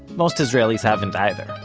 most israelis haven't either.